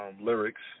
lyrics